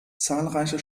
zahlreiche